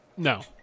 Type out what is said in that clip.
No